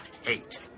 hate